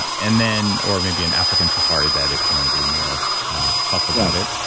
and then, or maybe an african safari bed if you want to be more tough about it.